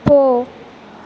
போ